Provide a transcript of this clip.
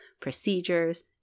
procedures